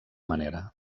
manera